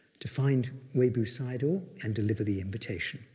to find webu sayadaw and deliver the invitation.